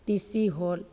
तीसी होल